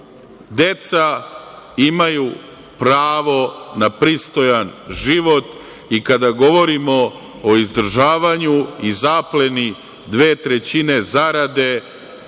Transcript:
imaju pravo na pristojan život i kada govorimo o izdržavanju i zapleni dve trećine zarade,